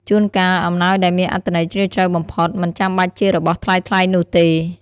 ជួនកាល អំណោយដែលមានអត្ថន័យជ្រាលជ្រៅបំផុត មិនចាំបាច់ជារបស់ថ្លៃៗនោះទេ។